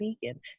vegan